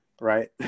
Right